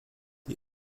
die